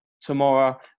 tomorrow